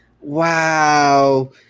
wow